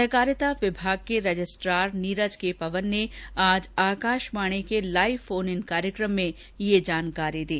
सहकारिता विभाग के रजिस्ट्रार नीरज के पवन ने आज आकाशवाणी के लाइव फोन इन कार्यक्रम में ये जानकारी दी